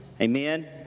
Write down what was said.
Amen